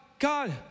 God